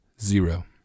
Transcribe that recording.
Zero